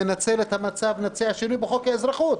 אם ננצל את המצב ונציע שינוי בחוק האזרחות.